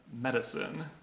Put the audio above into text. medicine